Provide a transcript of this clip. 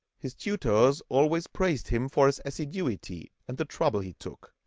his tutors always praised him for his assiduity and the trouble he took.